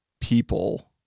people